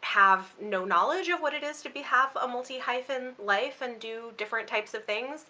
have no knowledge of what it is to be have a multi-hyphen life and do different types of things,